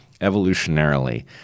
evolutionarily